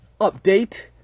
update